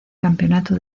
campeonato